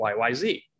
YYZ